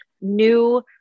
new